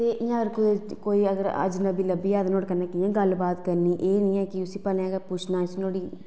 एह् इंया कोई अजनबी लब्भी जा ते कियां नुहाड़े कन्नै गल्ल बात करनी एह् निं ऐ की उसी भलेआं निं पुच्छना नुहाड़ी